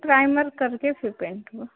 primer करके फिर paint होगा